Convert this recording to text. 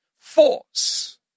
force